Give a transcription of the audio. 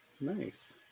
nice